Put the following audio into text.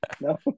no